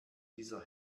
dieser